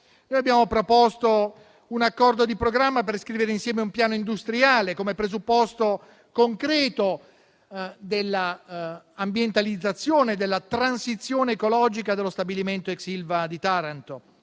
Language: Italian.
noi abbiamo proposto un accordo di programma per scrivere insieme un piano industriale, come presupposto concreto della ambientalizzazione e della transizione ecologica dello stabilimento ex Ilva di Taranto,